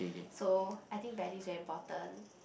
so I think values very important